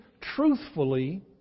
truthfully